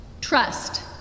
Trust